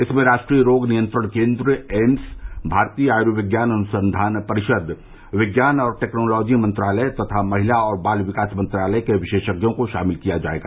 इसमें राष्ट्रीय रोग नियंत्रण केन्द्र एम्स भारतीय आयुर्विज्ञान अनुसंधान परिषद विज्ञान और टैक्नोलॉजी मंत्रालय तथा महिला और बाल विकास मंत्रालय के विशेषज्ञो को शामिल किया जाएगा